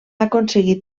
aconseguit